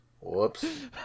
Whoops